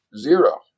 Zero